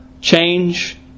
change